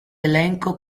elenco